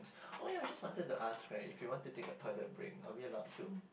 oh ya just wanted to ask right if we want to take a toilet break are we allowed to